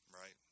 Right